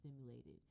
stimulated